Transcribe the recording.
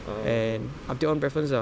and up to your own preference ah